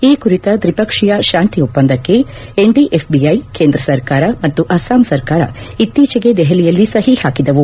ಈ ಕುರಿತ ತ್ರಿಪಕ್ಷೀಯ ಶಾಂತಿ ಒಪ್ಪಂದಕ್ಕೆ ಎನ್ಡಿಎಫ್ಬಿ ಕೇಂದ್ರ ಸರ್ಕಾರ ಮತ್ತು ಅಸ್ಪಾಂ ಸರ್ಕಾರ ಇತ್ತೀಚೆಗೆ ದೆಹಲಿಯಲ್ಲಿ ಸೆಹಿ ಹಾಕಿದವು